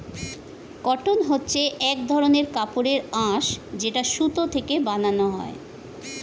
cotton হচ্ছে এক ধরনের কাপড়ের আঁশ যেটা সুতো থেকে বানানো হয়